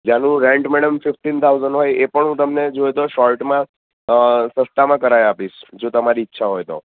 જેનું rent madam fifteen thousand હોય એ પણ હું તમને જોઈએ તો શોર્ટમાં અં સસ્તામાં કરાવી આપીશ જો તમારી ઈચ્છા હોય તો